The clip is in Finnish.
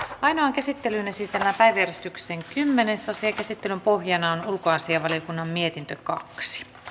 käsittelyyn esitellään päiväjärjestyksen kymmenes asia käsittelyn pohjana on ulkoasiainvaliokunnan mietintö kaksi